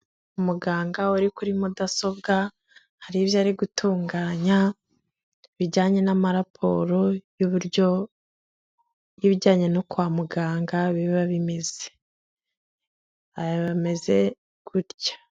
Umuganga uri kuri mudasobwa, hari ibyo ari gutunganya bijyanye n'amaraporo y'uburyo, y'ibijyanye no kwa muganga biba bimeze ameze gutya.